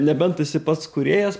nebent esi pats kūrėjas